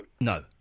No